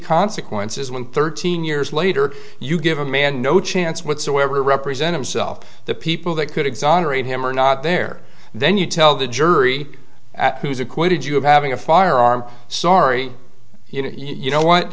consequences when thirteen years later you give a man no chance whatsoever to represent himself the people that could exonerate him or not there then you tell the jury who's acquitted you of having a firearm sorry you know you know what